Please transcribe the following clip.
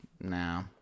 no